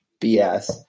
BS